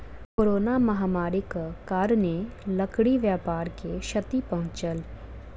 corona महामारीक कारणेँ लकड़ी व्यापार के क्षति पहुँचल